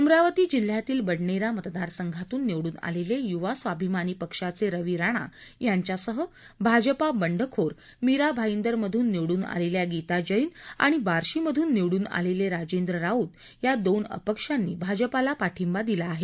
अमरावती जिल्ह्यातील बडनेरा मतदारसंघातून निवडून आलेले यूवा स्वाभिमानी पक्षाचे रवी राणा यांच्यासह भाजपा बंडखोर मीरा भाईदर मधून निवडून आलेल्या गीता जैन आणि बार्शीमधून निवडून आलेले राजेंद्र राऊत या दोन अपक्ष आमदारांनी भाजपाला पाठिंबा दिला आहे